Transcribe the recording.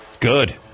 good